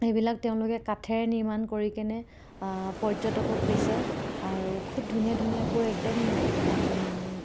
সেইবিলাক তেওঁলোকে কাঠেৰে নিৰ্মাণ কৰি কেনে পৰ্যটকক বেচে আৰু খুব ধুনীয়া ধুনীয়াকৈ একদম